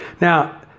now